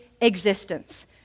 existence